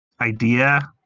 idea